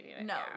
No